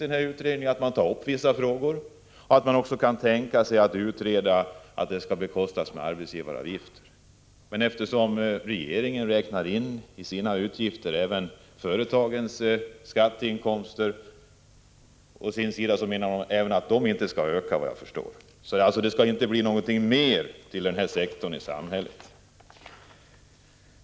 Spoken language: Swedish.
Det är att den skall ta upp vissa väsentliga frågor och att man kan tänka sig att utreda möjligheten att arbetslöshetsersättningen bekostas av arbetsgivaravgifter. Men eftersom regeringen i utgifterna räknar in även företagens skatteinkomster menar man, efter vad jag förstår, att de inte skall öka. Det skall alltså inte bli mer pengar till denna sektor i samhället.